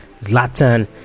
Zlatan